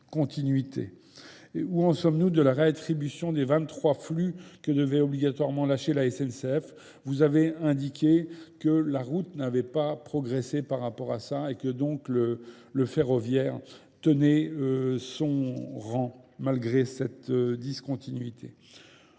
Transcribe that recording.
Où en sommes-nous de la réattribution des 23 flux que devait obligatoirement lâcher la SNCF ? Vous avez indiqué que la route n'avait pas progressé par rapport à ça et que donc le ferroviaire tenait son rang, malgré cette discontinuité.